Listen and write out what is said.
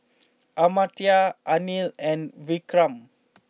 Amartya Anil and Vikram